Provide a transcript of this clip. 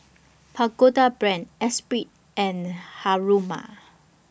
Pagoda Brand Esprit and Haruma